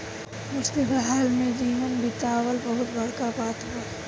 मुश्किल हाल में जीवन बीतावल बहुत बड़का बात बा